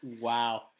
wow